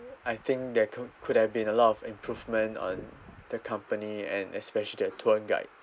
I think that could could have been a lot of improvement on the company and especially the tour guide